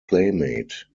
playmate